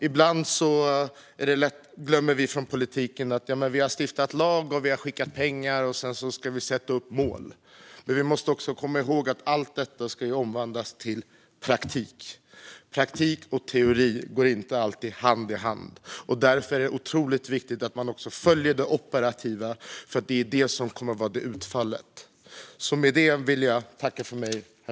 Ibland tänker vi från politiken att vi har stiftat lag, skickat pengar och ska sätta upp mål, men vi måste också komma ihåg att allt detta ska omsättas i praktiken. Praktik och teori går inte alltid hand i hand, och därför är det otroligt viktigt att man också följer det operativa, för det är i det som utfallet kommer.